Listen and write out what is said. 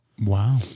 Wow